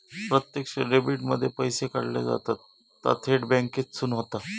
प्रत्यक्ष डेबीट मध्ये पैशे काढले जातत ता थेट बॅन्केसून होता